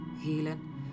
healing